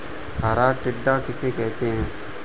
हरा टिड्डा किसे कहते हैं?